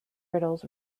riddles